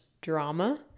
drama